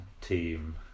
team